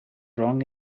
wrong